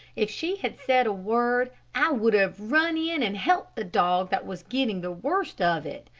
if she had said a word, i would have run in and helped the dog that was getting the worst of it.